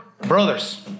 brothers